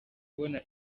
ubona